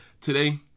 Today